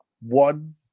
one